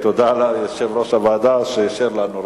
תודה ליושב-ראש הוועדה שאישר לנו.